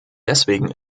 deswegen